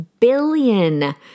billion